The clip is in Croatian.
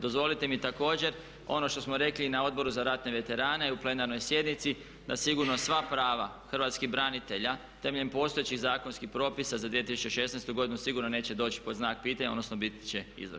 Dozvolite mi također ono što smo rekli i na Odboru za ratne veterane u plenarnoj sjednici da sigurno sva prava hrvatskih branitelja temeljem postojećih zakonskih propisa za 2016. godinu sigurno neće doći pod znak pitanja, odnosno biti će izvršeno.